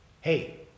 hey